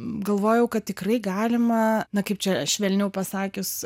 galvojau kad tikrai galima na kaip čia švelniau pasakius